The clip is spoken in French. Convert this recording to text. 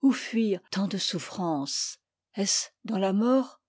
où fuir tant de souffrances eat ce dans la mort